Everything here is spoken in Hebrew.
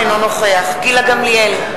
אינו נוכח גילה גמליאל,